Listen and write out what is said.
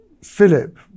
Philip